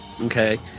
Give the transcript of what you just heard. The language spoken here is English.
Okay